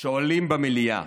שעולים במליאה,